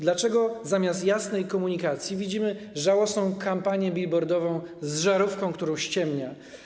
Dlaczego zamiast jasnej komunikacji widzimy żałosną kampanię bilbordową z żarówką, która ściemnia.